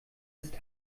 ist